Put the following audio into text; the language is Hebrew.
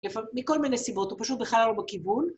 ‫מכל מיני סיבות, ‫הוא פשוט בכלל לא בכיוון.